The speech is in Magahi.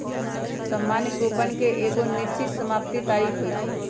सामान्य कूपन के एगो निश्चित समाप्ति तारिख होइ छइ